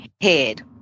head